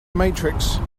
matrix